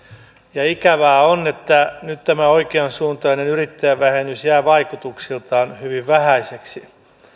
ja ikävää on että nyt tämä oikeansuuntainen yrittäjävähennys jää vaikutuksiltaan hyvin vähäiseksi